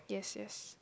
yes yes